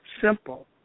simple